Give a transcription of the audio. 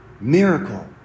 miracle